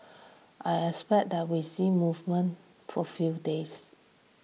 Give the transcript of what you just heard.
I expect that we see movement for few days